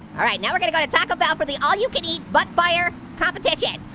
alright, now we're gonna go to taco bell for the all-you-can-eat butt fire competition.